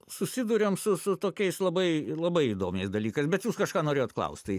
susiduriam su su tokiais labai labai įdomiais dalykais bet jūs kažką norėjot klaust tai